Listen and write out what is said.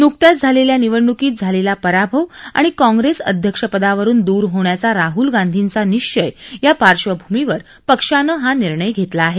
नुकत्याच झालेल्या निवडणुकीत झालेला पराभव आणि काँग्रेस अध्यक्षपदावरुन दूर होण्याचा राहूल गांधींचा निश्चय या पार्श्वभूसीवर पक्षानं हा निर्णय घेतला आहे